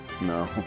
No